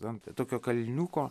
ant tokio kalniuko